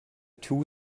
two